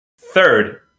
Third